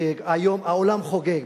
כי היום העולם חוגג,